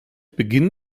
beginn